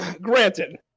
Granted